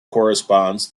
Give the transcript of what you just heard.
corresponds